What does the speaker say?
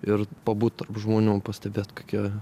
ir pabūt tarp žmonių pastebėt kokie